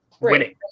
winning